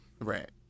Right